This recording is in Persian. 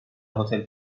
هتل